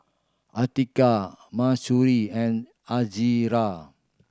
Atiqah Mahsuri and Izara